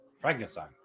Frankenstein